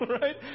right